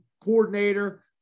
coordinator